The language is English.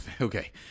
okay